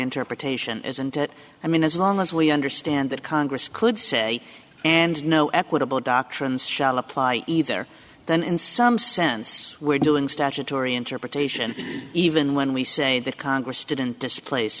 interpretation isn't it i mean as long as we understand that congress could say and no equitable doctrines shall apply either then in some sense we're doing statutory interpretation even when we say that congress didn't displa